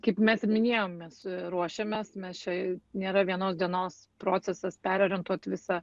kaip mes ir minėjom mes ruošiamės mes čia nėra vienos dienos procesas perorientuot visą